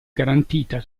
garantita